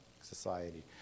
society